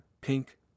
pink